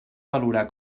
valorar